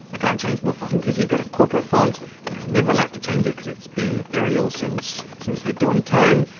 i can't change my font cuz you've got a corporate font and you're never allowed to change it cuz it's been arial since since the dawn of time.